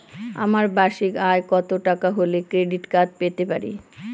আমার বার্ষিক আয় কত টাকা হলে ক্রেডিট কার্ড পেতে পারি?